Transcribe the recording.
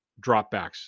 dropbacks